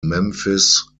memphis